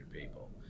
people